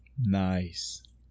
nice